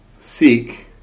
seek